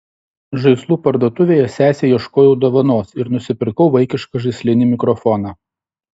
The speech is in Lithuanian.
žaislų parduotuvėje sesei ieškojau dovanos ir nusipirkau vaikišką žaislinį mikrofoną